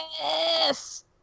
Yes